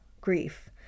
grief